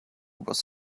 was